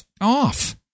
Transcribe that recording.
off